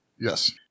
Yes